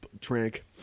Trank